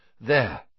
There